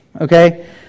Okay